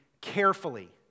carefully